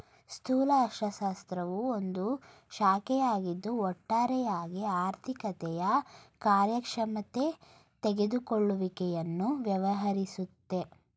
ಸ್ಥೂಲ ಅರ್ಥಶಾಸ್ತ್ರವು ಒಂದು ಶಾಖೆಯಾಗಿದ್ದು ಒಟ್ಟಾರೆಯಾಗಿ ಆರ್ಥಿಕತೆಯ ಕಾರ್ಯಕ್ಷಮತೆ ತೆಗೆದುಕೊಳ್ಳುವಿಕೆಯನ್ನು ವ್ಯವಹರಿಸುತ್ತೆ